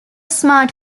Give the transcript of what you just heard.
smart